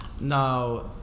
Now